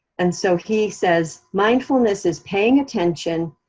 and so he says, mindfulness is paying attention,